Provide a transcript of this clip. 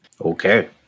Okay